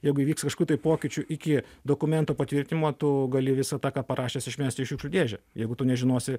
jeigu įvyks kažkių tai pokyčių iki dokumento patvirtinimo tu gali visą tą ką parašęs išmest į šiukšlių dėžę jeigu tu nežinosi